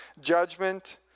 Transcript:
judgment